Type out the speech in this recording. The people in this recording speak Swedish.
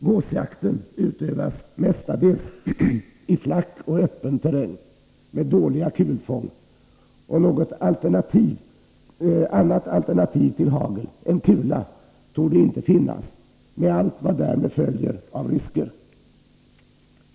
Gåsjakten utövas mestadels i flack och öppen terräng med dåliga kulfång, och något annat alternativ till hagel än kula torde inte finnas, med allt vad därmed följer av risker.